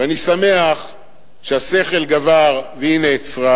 ואני שמח שהשכל גבר והיא נעצרה,